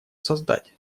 создать